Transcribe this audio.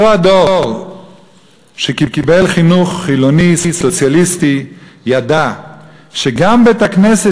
אותו הדור שקיבל חינוך חילוני סוציאליסטי ידע שגם בית-הכנסת